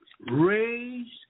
raised